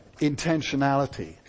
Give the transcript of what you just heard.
intentionality